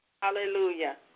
Hallelujah